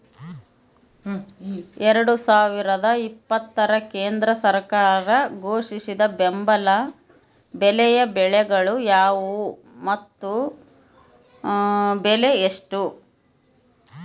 ಎರಡು ಸಾವಿರದ ಇಪ್ಪತ್ತರ ಕೇಂದ್ರ ಸರ್ಕಾರ ಘೋಷಿಸಿದ ಬೆಂಬಲ ಬೆಲೆಯ ಬೆಳೆಗಳು ಯಾವುವು ಮತ್ತು ಬೆಲೆ ಎಷ್ಟು?